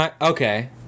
Okay